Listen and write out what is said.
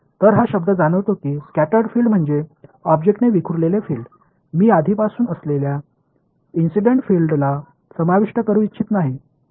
तर हा शब्द जाणवतो कि स्कॅटर्ड फील्ड म्हणजे ऑब्जेक्टने विखुरलेले फील्ड मी आधीपासून असलेल्या इंसीडन्ट फील्डला समाविष्ट करू इच्छित नाही